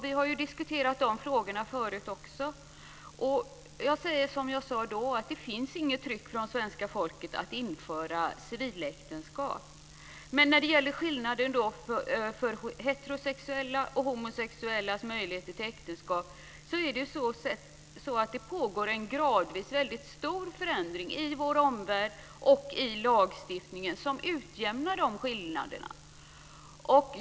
Vi har diskuterat de frågorna förut. Jag säger som då, det finns inget tryck från svenska folket på att vi ska införa civiläktenskap. När det gäller heterosexuellas och homosexuellas möjligheter till äktenskap pågår gradvis en stor förändring i vår omvärld och i lagstiftningen som utjämnar skillnaden.